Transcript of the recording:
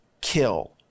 kill